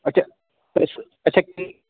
ਅੱਛਾ ਇੱਥੇ